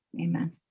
amen